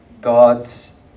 God's